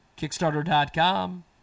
Kickstarter.com